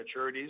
maturities